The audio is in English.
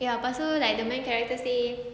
ya lepastu like the main character say